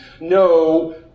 No